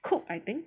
cook I think